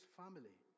family